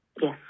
Yes